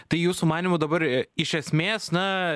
tai jūsų manymu dabar iš esmės na